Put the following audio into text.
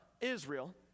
Israel